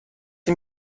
این